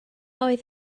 oedd